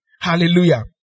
Hallelujah